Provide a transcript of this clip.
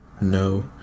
no